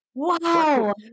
Wow